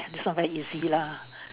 this one very easy lah